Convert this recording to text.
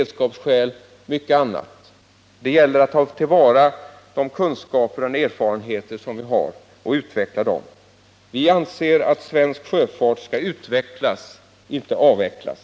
Det gäller att ta till vara de kunskaper och de förutsättningar som vi har och att utveckla dem. Svensk sjöfart skall utvecklas, inte avvecklas.